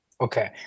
Okay